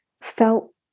felt